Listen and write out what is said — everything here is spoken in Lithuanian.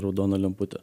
raudona lemputė